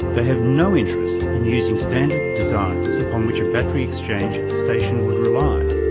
they have no interest in using standard designs upon which a battery exchange station would rely.